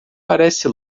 parece